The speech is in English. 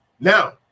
Now